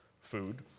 food